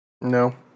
No